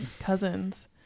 cousins